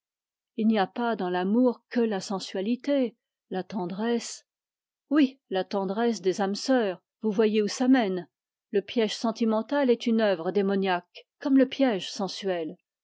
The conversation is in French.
il n'y a pas dans l'amour que la sensualité la tendresse oui la tendresse des âmes sœurs le piège sentimental est une œuvre démoniaque comme le piège sensuel